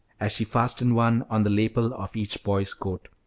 as she fastened one on the lapel of each boy's coat,